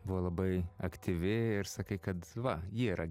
buvo labai aktyvi ir sakai kad va ji yra